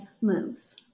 moves